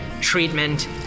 treatment